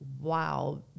wow